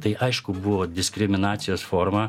tai aišku buvo diskriminacijos forma